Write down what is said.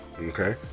Okay